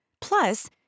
Plus